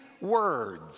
words